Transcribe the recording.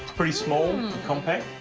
pretty small, compact.